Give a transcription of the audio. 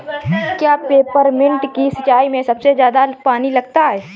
क्या पेपरमिंट की सिंचाई में सबसे ज्यादा पानी लगता है?